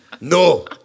No